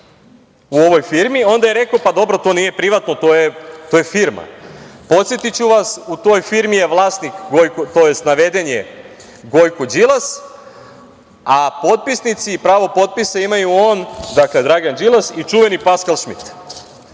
u ovoj firmi, onda je rekao – dobro, to nije privatno, to je firma. Podsetiću vas, u toj firmi je vlasnik, tj. naveden je Gojko Đilas, a potpisnici, pravo potpisa imaju on, dakle, Dragan Đilas i čuveni Paskal Šmit. Šta